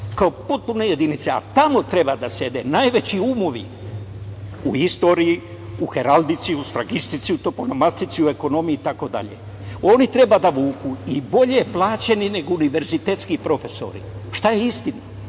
kao potpune jedinice. Tamo treba da sede najveći umovi u istoriji, u heraldici, u svragistici, u toponomastici, u ekonomiji, itd. Oni treba da vuku i bolje plaćeni nego univerzitetski profesori. Šta je istina?